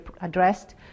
addressed